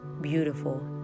beautiful